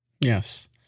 Yes